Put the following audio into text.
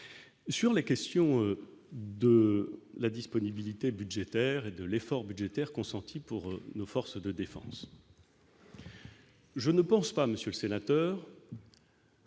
sur la question de la disponibilité budgétaire et de l'effort budgétaire consenti pour nos forces de défense. Je ne pense pas, monsieur le sénateur.